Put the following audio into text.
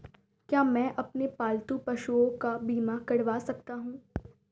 क्या मैं अपने पालतू पशुओं का बीमा करवा सकता हूं?